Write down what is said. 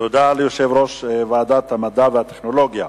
תודה ליושב-ראש ועדת המדע והטכנולוגיה.